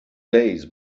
days